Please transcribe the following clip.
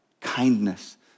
kindness